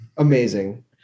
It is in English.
Amazing